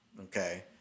okay